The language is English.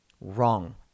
Wrong